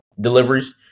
deliveries